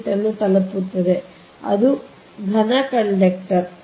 7788 ಅನ್ನು ತಲುಪುತ್ತದೆ ಅದು ಕಾಮೆಂಟ್ ಘನ ಕಂಡಕ್ಟರ್